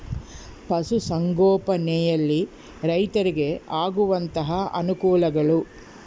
ಪಶುಸಂಗೋಪನೆಯಲ್ಲಿ ರೈತರಿಗೆ ಆಗುವಂತಹ ಅನುಕೂಲಗಳು?